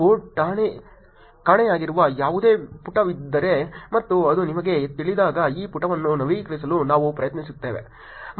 ನಾವು ಕಾಣೆಯಾಗಿರುವ ಯಾವುದೇ ಪುಟವಿದ್ದರೆ ಮತ್ತು ಅದು ನಮಗೆ ತಿಳಿದಾಗ ಈ ಪುಟವನ್ನು ನವೀಕರಿಸಲು ನಾವು ಪ್ರಯತ್ನಿಸುತ್ತೇವೆ